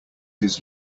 his